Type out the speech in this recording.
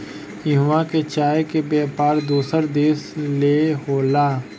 इहवां के चाय के व्यापार दोसर देश ले होला